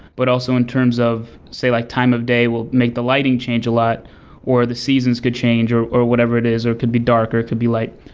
but also in terms of say like time of day will make the lighting change a lot or or the seasons could change or or whatever it is, or it could be dark or it could be light.